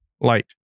light